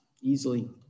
easily